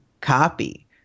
copy